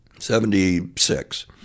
Seventy-six